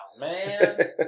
Man